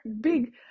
big